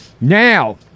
Now